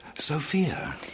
Sophia